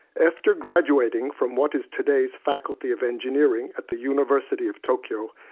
after graduating from what is today's faculty of engineering at the university of tokyo,